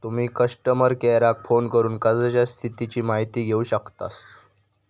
तुम्ही कस्टमर केयराक फोन करून कर्जाच्या स्थितीची माहिती घेउ शकतास